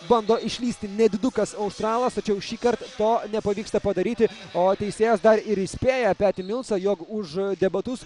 bando išlįsti nedidukas australas tačiau šįkart to nepavyksta padaryti o teisėjas dar ir įspėja petį milsą jog už debatus